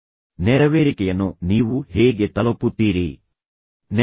ಆ ನೆರವೇರಿಕೆಯನ್ನು ನೀವು ಹೇಗೆ ತಲುಪುತ್ತೀರಿ ಎಂದರೆ ಜನರು ನಿಮಗೆ ಮತ್ತೆ ನೀಡಲು ಹೊರಟಿದ್ದಾರೆ